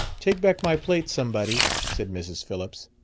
take back my plate, somebody, said mrs. phillips.